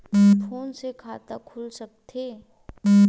Phone से खाता खुल सकथे?